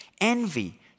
envy